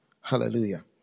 Hallelujah